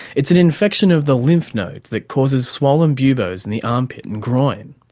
it's an infection of the lymph nodes that causes swollen buboes in the armpit and groin.